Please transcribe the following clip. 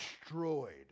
destroyed